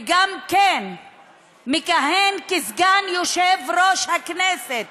וגם מכהן כסגן יושב-ראש הכנסת